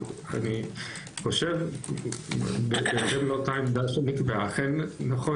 אני חושב בהתאם לאותה עמדה שנקבעה שאכן נכון